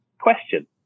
question